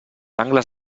angles